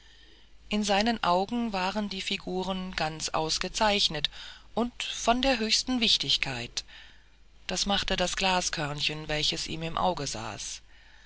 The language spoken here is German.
in seinen augen waren die figuren ganz ausgezeichnet und von der höchsten wichtigkeit das machte das glaskörnchen welches ihm im auge saß